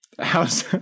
How's